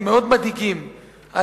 מדאיגים מאוד,